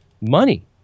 money